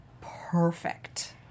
perfect